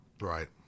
Right